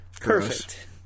Perfect